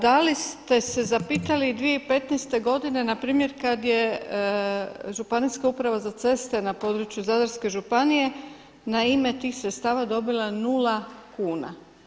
Da li ste se zapitali 2015. godine npr. kada je ŽUC na području Zadarske županije na ime tih sredstava dobila nula kuna.